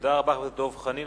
תודה רבה, חבר הכנסת דב חנין.